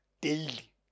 daily